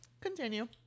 Continue